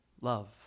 love